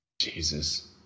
Jesus